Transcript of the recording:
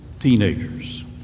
Teenagers